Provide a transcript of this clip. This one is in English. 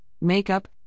makeup